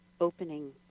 opening